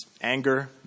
anger